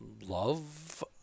love